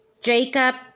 Jacob